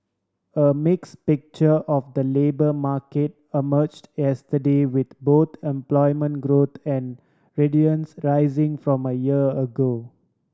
a mix picture of the labour market emerged yesterday with both employment growth and rising from a year ago